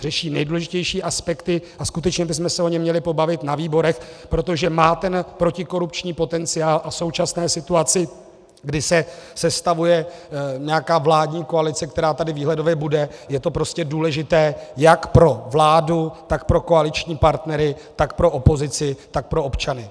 Řeší nejdůležitější aspekty a skutečně bychom se o něm měli pobavit na výborech, protože má ten protikorupční potenciál a v současné situaci, kdy se sestavuje nějaká vládní koalice, která tady výhledově bude, je to prostě důležité jak pro vládu, tak pro koaliční partnery, tak pro opozici, tak pro občany.